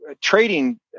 trading